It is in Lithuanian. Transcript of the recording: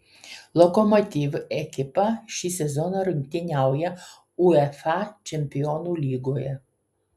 lokomotiv ekipa šį sezoną rungtyniauja uefa čempionų lygoje